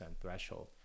threshold